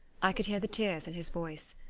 i could hear the tears in his voice.